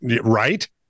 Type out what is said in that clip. Right